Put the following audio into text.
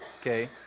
Okay